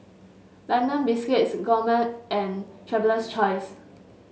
London Biscuits Gourmet and Traveler's Choice